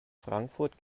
frankfurt